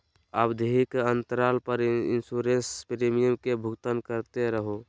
आवधिक अंतराल पर इंसोरेंस प्रीमियम के भुगतान करते रहो